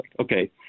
okay